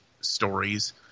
stories